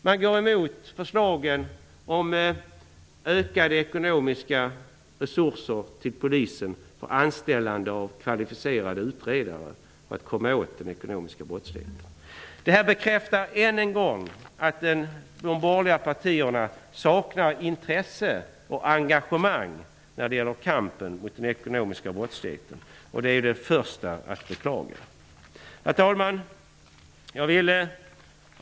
Man går emot förslagen om ökade ekonomiska resurser till Polisen för anställande av kvalificerade utredare för att komma åt den ekonomiska brottsligheten. Det här bekräftar än en gång att de borgerliga partierna saknar intresse av och engagemang i kampen mot den ekonomiska brottsligheten. Det är jag den förste att beklaga. Herr talman!